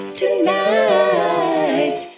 tonight